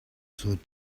sword